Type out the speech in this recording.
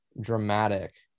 dramatic